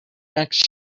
next